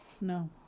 No